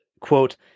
quote